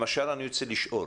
למשל אני רוצה לשאול: